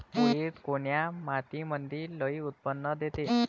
उडीद कोन्या मातीमंदी लई उत्पन्न देते?